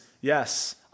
yes